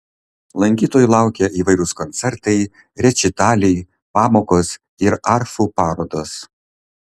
lankytojų laukia įvairūs koncertai rečitaliai pamokos ir arfų parodos